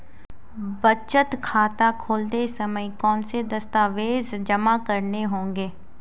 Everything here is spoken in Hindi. बचत खाता खोलते समय कौनसे दस्तावेज़ जमा करने होंगे?